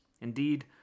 Indeed